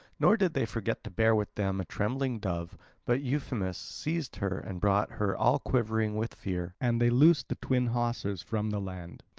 nor did they forget to bear with them a trembling dove but euphemus seized her and brought her all quivering with fear, and they loosed the twin hawsers from the land.